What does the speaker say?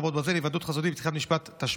חרבות ברזל) (קיום דיון תחילת המשפט בהיוועדות חזותית),